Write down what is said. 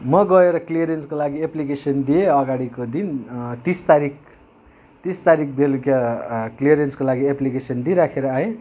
म गएर क्लियरेन्सको लागि एप्लिकेसन दिएँ अगाडिको दिन तिस तारिक तिस तारिक बेलुका क्लियरेन्सको लागि एप्लिकेसन दिइराखेर आएँ